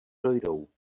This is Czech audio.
dojdou